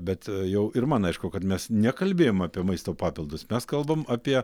bet jau ir man aišku kad mes nekalbėjom apie maisto papildus mes kalbam apie